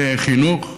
וחינוך,